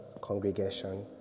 congregation